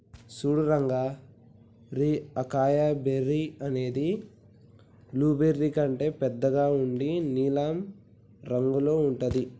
సూడు రంగా గీ acai berry అనేది బ్లూబెర్రీ కంటే బెద్దగా ఉండి నీలం రంగులో ఉంటుంది